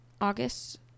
August